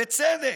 בצדק.